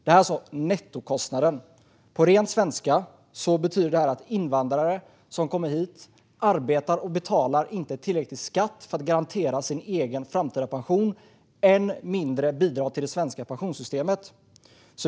Det är alltså nettokostnaden. På ren svenska betyder det att invandrare som kommer hit inte arbetar och betalar tillräcklig skatt för att garantera sin egen framtida pension, än mindre bidrar till det svenska pensionssystemet.